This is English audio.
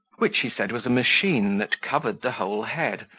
which, he said, was a machine that covered the whole head,